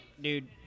Dude